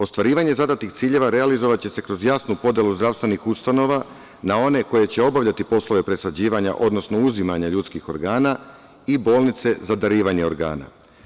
Ostvarivanje zadatih ciljeva realizovaće se kroz jasnu podelu zdravstvenih ustanova na one koje će obavljati poslove presađivanja, odnosno uzimanja ljudskih organa i bolnice za darivanje organa.